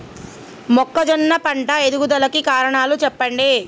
మొక్కజొన్న పంట ఎదుగుదల కు కారణాలు చెప్పండి?